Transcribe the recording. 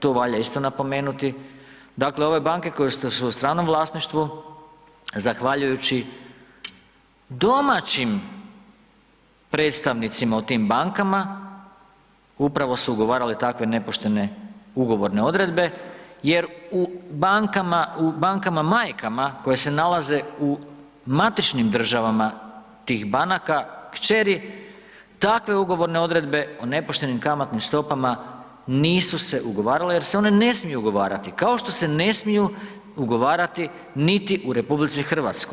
To valja isto napomenuti, dakle ove banke koje su u stranom vlasništvu, zahvaljujući domaćim predstavnicima u tim bankama, upravo su ugovarale takve nepoštene ugovorne odredbe jer u bankama, bankama majkama koje se nalaze u matičnim državama tih banaka kćeri, takve ugovorne odredbe o nepoštenim kamatnim stopama nisu se ugovarale jer se one ne smiju ugovarati, kao što se ne smiju ugovarati niti u RH.